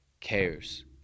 cares